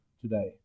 today